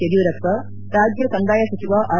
ಯಡಿಯೂರಪ್ಪ ರಾಜ್ಯ ಕಂದಾಯ ಸಚಿವ ಆರ್